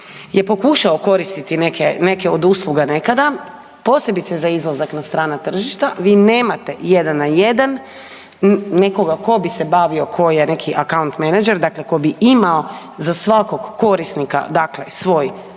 je pokušao koristiti neke, neke od usluga nekada, posebice za izlazak na strana tržišta, vi nemate jedan na jedan nekoga ko bi se bavio, ko je neki akant menadžer, dakle ko bi imao za svakog korisnika